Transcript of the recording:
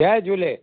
जय झूले